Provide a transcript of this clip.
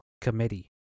committee